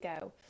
go